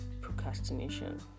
procrastination